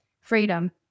freedom